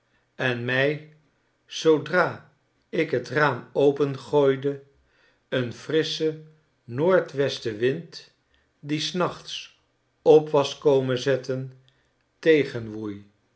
en my zoodra'ik het raam open gooide een frissche noordwestenwind die s nachts op was komen zetten